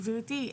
גברתי,